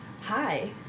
Hi